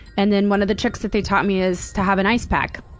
and then, one of the tricks that they taught me is to have an ice pack,